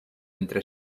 entre